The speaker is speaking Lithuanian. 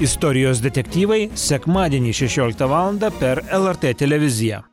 istorijos detektyvai sekmadienį šešioliktą valandą per lrt televiziją